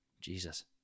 Jesus